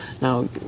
now